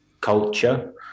culture